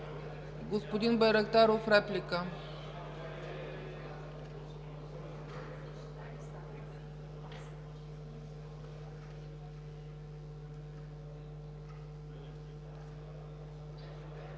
Господин Байрактаров, реплика.